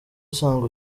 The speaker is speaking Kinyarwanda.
usanzwe